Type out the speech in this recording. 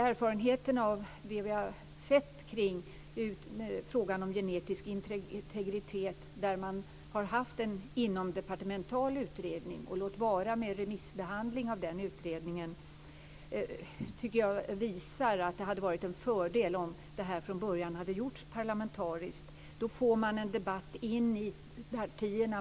Erfarenheterna av den inomdepartementala utredningen om genetisk integritet, låt vara med remissbehandling av utredningen, tycker jag visar att det hade varit en fördel om den från början hade gjorts parlamentarisk. På det sättet får man en debatt in i partierna.